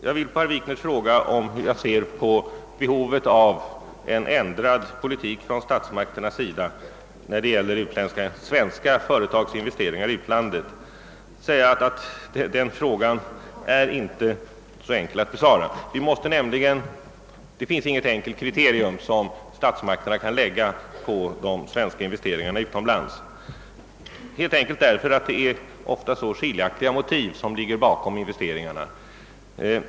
Mitt svar på herr Wikners fråga hur jag ser på behovet av en ändrad politik från statsmakternas sida vad beträffar svenska företags investeringar i utlandet måste bli mer kortfattat än frågan förtjänar. Det finns inget enkelt kriterium som statsmakterna kan lägga på de svenska investeringarna utomlands, helt enkelt därför att det ofta är så skilda motiv som ligger bakom investeringarna.